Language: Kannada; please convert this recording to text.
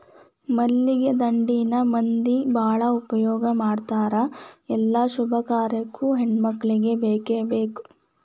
ಮಲ್ಲಿಗೆ ದಂಡೆನ ಮಂದಿ ಬಾಳ ಉಪಯೋಗ ಮಾಡತಾರ ಎಲ್ಲಾ ಶುಭ ಕಾರ್ಯಕ್ಕು ಹೆಣ್ಮಕ್ಕಳಿಗೆ ಬೇಕಬೇಕ